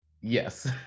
Yes